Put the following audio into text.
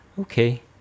Okay